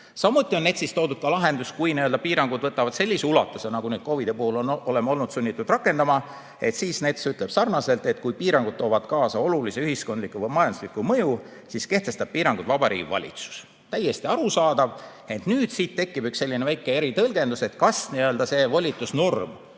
Samuti on NETS-is toodud ka lahendus, kui piirangud võtavad sellise ulatuse, nagu nüüd COVID-i puhul oleme olnud sunnitud rakendama, siis NETS ütleb sarnaselt, et kui piirangud toovad kaasa olulise ühiskondliku või majandusliku mõju, siis kehtestab piirangud Vabariigi Valitsus. Täiesti arusaadav. Ent nüüd tekib siit üks selline väike eritõlgendus, et kas n-ö see volitusnorm